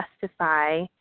justify